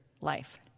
life